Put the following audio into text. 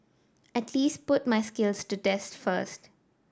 at least put my skills to test first